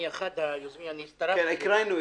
אני אחד מהיוזמים --- כן, הקראנו.